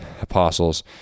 apostles